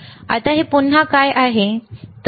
आता ते पुन्हा काय आहे